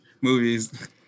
Movies